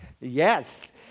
Yes